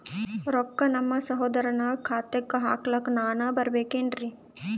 ರೊಕ್ಕ ನಮ್ಮಸಹೋದರನ ಖಾತಾಕ್ಕ ಹಾಕ್ಲಕ ನಾನಾ ಬರಬೇಕೆನ್ರೀ?